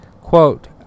Quote